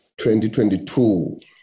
2022